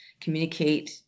communicate